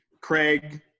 Craig